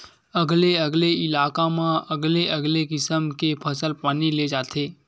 अलगे अलगे इलाका म अलगे अलगे किसम के फसल पानी ले जाथे